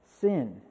sin